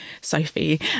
Sophie